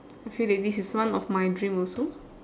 I feel that this is one of my dream also